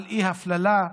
על אי-הפללה.